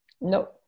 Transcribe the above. No